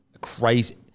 crazy